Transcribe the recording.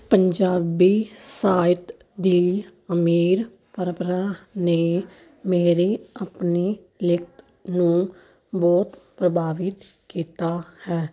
ਪੰਜਾਬੀ ਸਾਹਿਤ ਦੀ ਅਮੀਰ ਪਰੰਪਰਾ ਨੇ ਮੇਰੇ ਆਪਣੀ ਲਿਖਤ ਨੂੰ ਬਹੁਤ ਪ੍ਰਭਾਵਿਤ ਕੀਤਾ ਹੈ